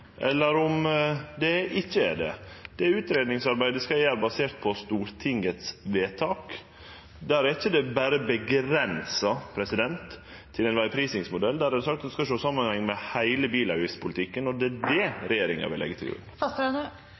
eller om det ikkje er det. Det utgreiingsarbeidet skal eg gjere, basert på Stortingets vedtak. Der er det ikkje berre avgrensa til ein vegprisingsmodell, der er det sagt at ein skal sjå samanhengen med heile bilavgiftspolitikken, og det er det regjeringa vil leggje til grunn. Grunnen til at